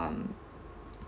um